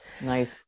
Nice